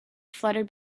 fluttered